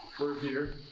we're here